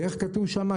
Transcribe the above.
ואיך כתוב שם?